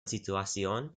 situacion